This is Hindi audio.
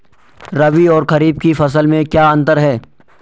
रबी और खरीफ की फसल में क्या अंतर है?